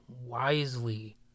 wisely